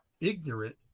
ignorant